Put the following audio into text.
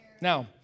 Now